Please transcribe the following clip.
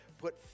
put